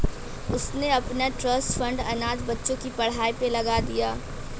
उसने अपना trust fund अनाथ बच्चों की पढ़ाई पर लगा दिया